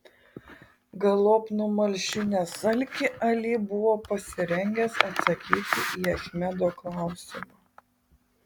galop numalšinęs alkį ali buvo pasirengęs atsakyti į achmedo klausimą